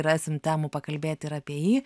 rasim temų pakalbėt ir apie jį